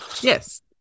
Yes